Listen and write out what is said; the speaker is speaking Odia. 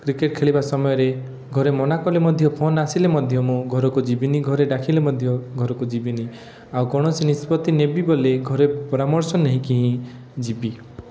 କ୍ରିକେଟ ଖେଳିବା ସମୟରେ ଘରେ ମନା କଲେ ମଧ୍ୟ ଫୋନ ଆସିଲେ ମଧ୍ୟ ମୁଁ ଘରକୁ ଯିବିନି ଘରେ ଡାକିଲେ ମଧ୍ୟ ଘରକୁ ଯିବିନି ଆଉ କୌଣସି ନିଷ୍ପତ୍ତି ନେବି ବୋଲି ପରାମର୍ଶ ନେଇକି ହିଁ ଯିବି